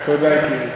תודה, יקירי.